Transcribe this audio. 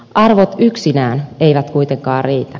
arvot yksinään eivät kuitenkaan riitä